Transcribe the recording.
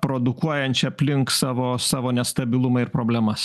produkuojančia aplink savo savo nestabilumą ir problemas